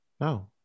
No